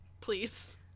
please